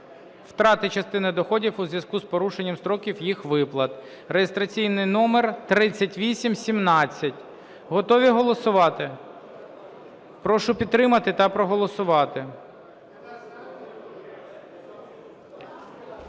втрати частини доходів у зв'язку з порушенням строків їх виплати" (реєстраційний номер 3817). Готові голосувати? Прошу підтримати та проголосувати.